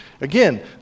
Again